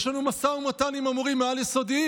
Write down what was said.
יש לנו משא ומתן עם המורים העל-יסודיים,